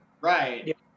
Right